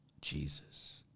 Jesus